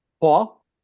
Paul